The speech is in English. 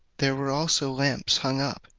there were also lamps hung up,